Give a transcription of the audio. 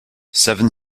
seven